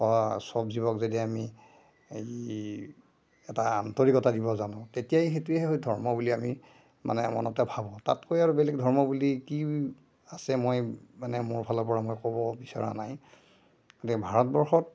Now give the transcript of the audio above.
চব জীৱক যদি আমি এই এটা আন্তৰিকতা দিব জানো তেতিয়াই সেইটোৱেই ধৰ্ম বুলি আমি মানে মনতে ভাবোঁ তাতকৈ আৰু বেলেগ ধৰ্ম বুলি কি আছে মই মানে মোৰ ফালৰপৰা মই ক'ব বিচৰা নাই গতিকে ভাৰতবৰ্ষত